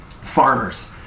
farmers